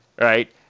right